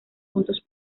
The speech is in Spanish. juntos